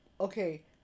Okay